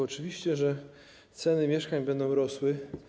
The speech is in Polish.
Oczywiście, że ceny mieszkań będą rosły.